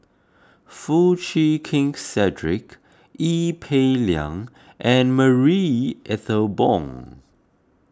Foo Chee Keng Cedric Ee Peng Liang and Marie Ethel Bong